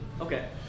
Okay